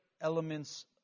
elements